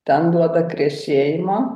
ten duoda krešėjimą